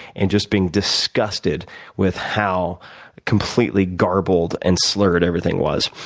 and just being disgusted with how completely garbled and slurred everything was.